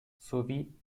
sowie